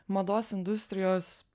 mados industrijos